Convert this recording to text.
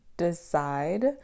decide